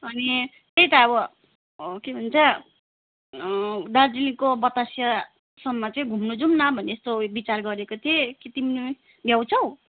अनि त्यही त अब के भन्छ दार्जिलिङको बतासियासम्म चाहिँ घुन्नु जौँ न भन्ने यसो विचार गरेको थिएँ के तिमी भ्याउँछौ